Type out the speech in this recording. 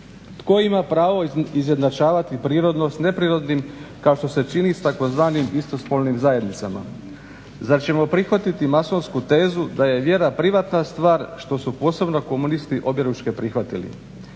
Tko ima pravo izjednačavati prirodno s neprirodnim kao što se čini s tzv. istospolnim zajednicama. Zar ćemo prihvatiti masonsku tezu da je vjera privatna stvar što su posebno komunisti objeručke prihvatili,